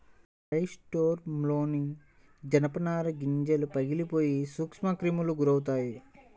dry స్టోర్రూమ్లోని జనపనార గింజలు పగిలిపోయి సూక్ష్మక్రిములకు గురవుతాయి